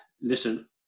listen